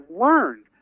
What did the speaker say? learned